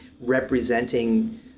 representing